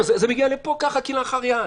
זה מגיע לפה ככה כלאחר יד.